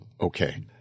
okay